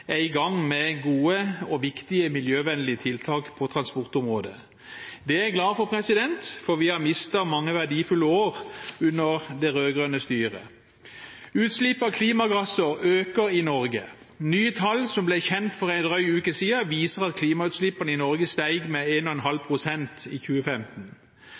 er i gang med gode og viktige miljøvennlige tiltak på transportområdet. Det er jeg glad for, for vi har mistet mange verdifulle år under det rød-grønne styret. Utslipp av klimagasser øker i Norge. Nye tall som ble kjent for en drøy uke siden, viser at klimagassutslippene i Norge steg med 1,5 pst. i 2015.